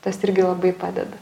tas irgi labai padeda